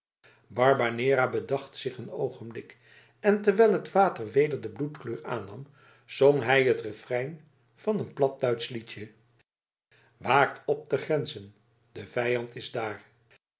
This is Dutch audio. barbanera bedacht zich een oogenblik en terwijl het water weder de bloedkleur aannam zong hij het referein van een platduitsch liedje waert up de fruntering de viant ist da